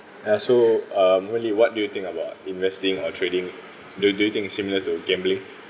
eh so rudy um what do you think about investing or trading do do you think it's similar to gambling